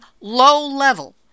low-level